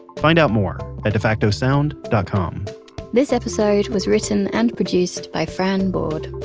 find out more at defactosound dot com this episode was written and produced by fran board,